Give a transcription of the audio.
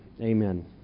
Amen